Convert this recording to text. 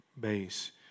base